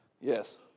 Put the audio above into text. Yes